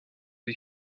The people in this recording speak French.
des